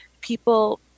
People